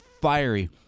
fiery